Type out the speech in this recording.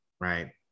Right